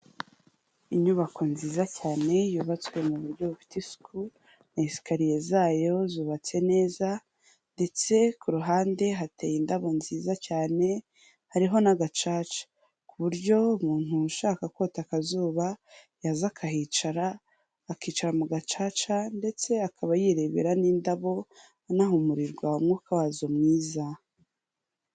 Inyubako nziza cyane yubatswe mu buryo bufite isuku na esikariye zayo zubatse neza ndetse ku ruhande hateye indabo nziza cyane, hariho n'agacaca ku buryo umuntu ushaka kota akazuba yaza akahicara, akicara mu gacaca ndetse akaba yirebera n'indabo anahumurirwa umwuka wazo mwiza.